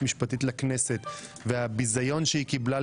משפטית לכנסת והביזיון שהיא קיבלה,